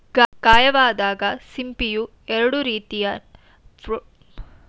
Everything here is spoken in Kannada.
ಗಾಯವಾದಾಗ ಸಿಂಪಿಯು ಎರಡು ರೀತಿಯ ಪ್ರೋಟೀನನ್ನು ಹೊರಹಾಕ್ತದೆ ಅವು ಕೊಂಚಿನ್ ಮತ್ತು ಪೆರ್ಲುಸಿನ್